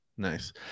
nice